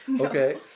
Okay